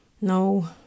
No